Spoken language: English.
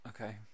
Okay